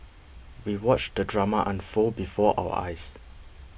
we watched the drama unfold before our eyes